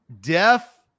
Deaf